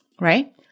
right